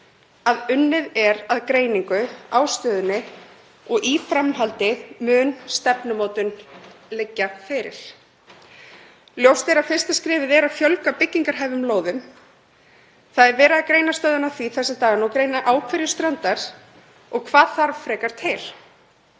að unnið er að greiningu á stöðunni og í framhaldi mun stefnumótun liggja fyrir. Ljóst er að fyrsta skrefið er að fjölga byggingarhæfum lóðum. Það er verið að greina stöðuna á því þessa dagana og greina á hverju strandar og hvað þurfi frekar til.